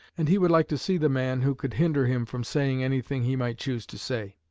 and he would like to see the man who could hinder him from saying anything he might choose to say.